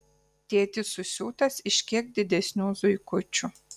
tėtis susiūtas iš kiek didesnių zuikučių